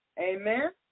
Amen